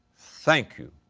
thank you,